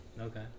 Okay